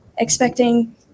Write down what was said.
expecting